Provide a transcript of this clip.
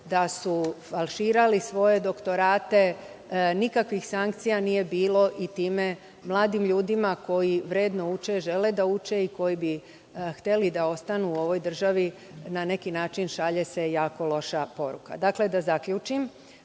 da su falširali svoje doktorate, nikakvih sankcija nije bilo i time mladim ljudima koji vredno uče, žele da uče i koji bi hteli da ostanu u ovoj državi, na neki način šalje se jako loša poruka. Dakle, da zaključim,